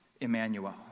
Emmanuel